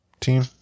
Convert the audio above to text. team